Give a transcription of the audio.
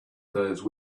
those